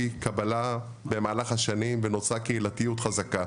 קבלה במהלך השנים ונוצרה קהילתיות חזקה.